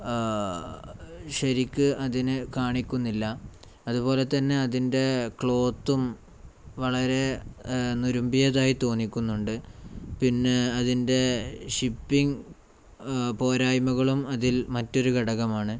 ശരിക്ക് അതിന് കാണിക്കുന്നില്ല അതുപോലെ തന്നെ അതിൻ്റെ ക്ലോത്തും വളരെ നുരുമ്പിയതായി തോന്നിക്കുന്നുണ്ട് പിന്നെ അതിൻ്റെ ഷിപ്പിംഗ് പോരായ്മകളും അതിൽ മറ്റൊരു ഘടകമാണ്